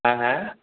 हा हा